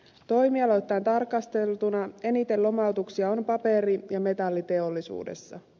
toimialoittain tarkasteltuna eniten lomautuksia on paperi ja metalliteollisuudessa